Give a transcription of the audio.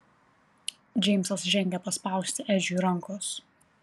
džeimsas žengė paspausti edžiui rankos